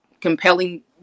compelling